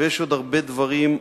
יש עוד הרבה דברים,